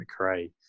McRae